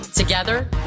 Together